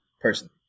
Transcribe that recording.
Personally